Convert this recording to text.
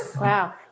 Wow